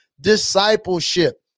discipleship